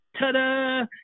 ta-da